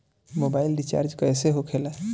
Mobile recharge कैसे होखे ला?